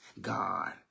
God